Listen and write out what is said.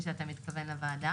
חשבתי שאתה מתכוון לוועדה.